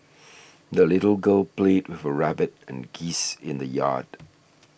the little girl played with her rabbit and geese in the yard